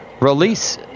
release